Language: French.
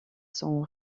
son